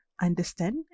Understand